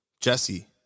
Jesse